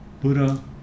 Buddha